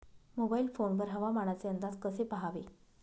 Mobile phone वर हवामानाचे अंदाज कसे पहावे?